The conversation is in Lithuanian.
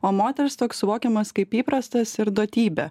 o moters toks suvokiamas kaip įprastas ir duotybė